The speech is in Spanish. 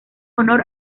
honor